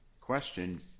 question